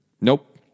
nope